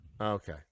Okay